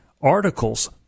articles